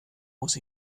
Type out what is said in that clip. muss